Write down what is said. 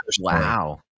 Wow